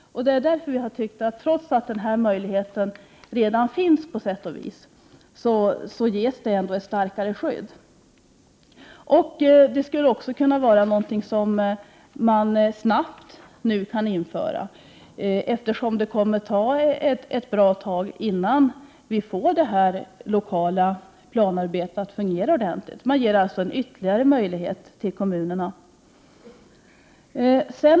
Därför har vi tyckt att trots att den här möjligheten på sätt vis redan finns ger kommunalt veto ett starkare skydd. Det skulle kunna införas snabbt, eftersom det ändå kommer att ta ett bra tag innan vi får det lokala planarbetet att fungera ordentligt. Man ger alltså ytterligare en möjlighet till kommunerna.